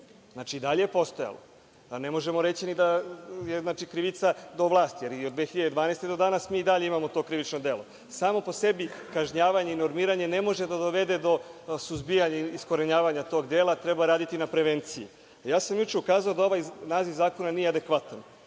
znači i dalje je postojalo. Pa, ne možemo reći ni da je krivica do vlasti, jer i od 2012. do danas mi i dalje imamo to krivično delo. Samo po sebi, kažnjavanje i normiranje ne može da dovede do suzbijanja i iskorenjavanja tog dela, treba raditi na prevenciji. Ja sam juče ukazao da ovaj naziv zakona nije adekvatan,